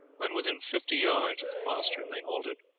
when within fifty yards of the postern they halted.